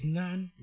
none